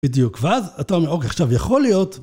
בדיוק, ואז אתה אומר… עכשיו יכול להיות...